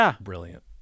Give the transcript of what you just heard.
brilliant